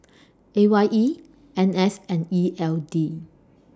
A Y E N S and E L D